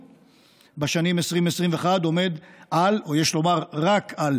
בשנים 2021-2020 עומד על או יש לומר רק על,